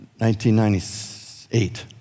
1998